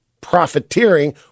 profiteering